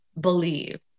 believe